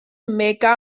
mecca